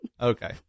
Okay